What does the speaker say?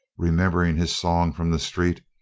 remembering his song from the street,